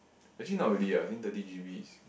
actually not really ah I think thirty G_B is